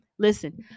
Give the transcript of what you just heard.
Listen